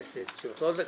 2018. מספר הפניות: